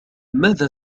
ماذا